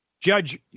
Judge